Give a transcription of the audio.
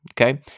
Okay